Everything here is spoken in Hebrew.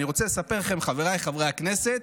אני רוצה לספר לכם, חבריי חברי הכנסת,